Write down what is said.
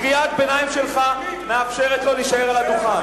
קריאת ביניים שלך מאפשרת לו להישאר על הדוכן.